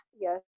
yes